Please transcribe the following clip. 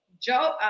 Joe